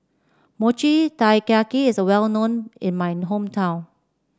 Mochi Taiyaki is well known in my hometown